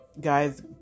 guys